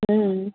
हम्म